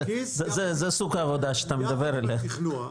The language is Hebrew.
זה סוג העבודה שאתה מדבר עליה.